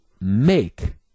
make